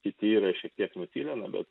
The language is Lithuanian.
kiti yra šiek tiek nutilę bet